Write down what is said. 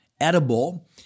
edible